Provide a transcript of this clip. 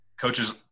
coaches